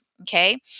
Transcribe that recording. Okay